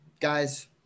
Guys